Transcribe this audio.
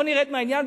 בואו נרד מהעניין,